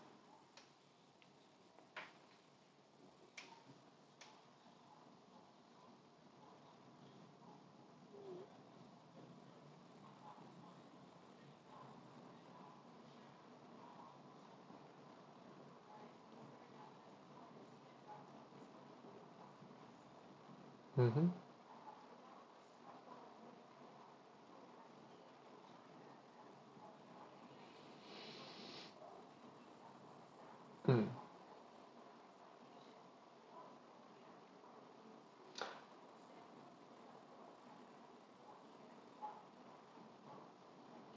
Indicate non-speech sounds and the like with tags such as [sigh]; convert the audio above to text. mmhmm [breath] mm